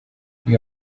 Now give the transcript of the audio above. you